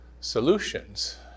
solutions